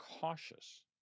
cautious